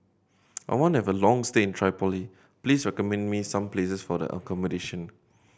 I want to have a long stay in Tripoli please recommend me some places for accommodation